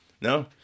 No